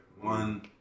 one